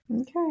Okay